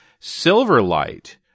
Silverlight